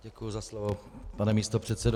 Děkuji za slovo, pane místopředsedo.